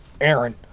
Aaron